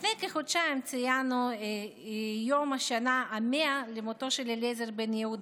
לפני כחודשיים ציינו את יום השנה ה-100 למותו של אליעזר בן יהודה,